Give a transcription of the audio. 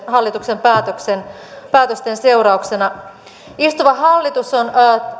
hallituksen päätösten seurauksena istuva hallitus on